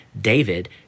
David